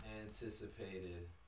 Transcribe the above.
anticipated